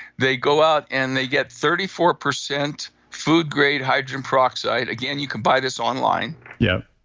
they go out and they get thirty four percent food grade hydrogen peroxide. again, you can buy this online yeah,